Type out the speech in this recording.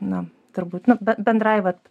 na turbūt nu bendrai vat